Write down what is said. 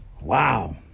Wow